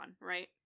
right